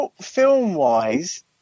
film-wise